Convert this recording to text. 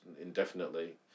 indefinitely